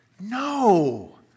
No